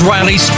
Riley